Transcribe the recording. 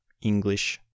English